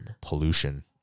Pollution